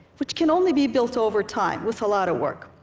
which can only be built over time with a lot of work.